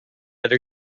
other